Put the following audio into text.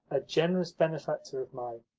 a generous benefactor of mine,